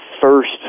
first